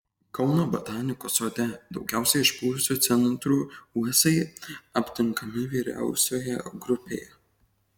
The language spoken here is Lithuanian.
kauno botanikos sode daugiausiai išpuvusiu centru uosiai aptinkami vyriausioje grupėje